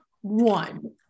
one